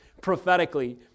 prophetically